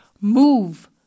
move